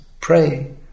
pray